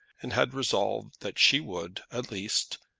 and had resolved that she would, at least,